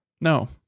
no